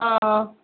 ஆ ஆ